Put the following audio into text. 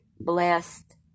blessed